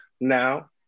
Now